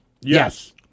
Yes